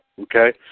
Okay